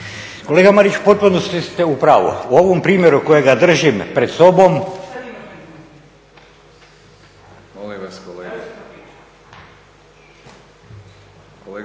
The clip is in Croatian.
Kolega Marić u potpunosti ste u pravu. U ovom primjeru kojega držim pred sobom